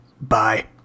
Bye